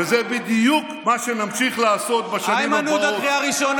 וזה בדיוק מה שנמשיך לעשות בשנים הבאות,